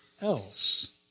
else